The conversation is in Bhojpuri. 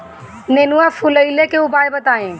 नेनुआ फुलईले के उपाय बताईं?